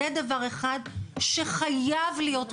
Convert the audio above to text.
זה דבר אחד שחייב להיות מטופל,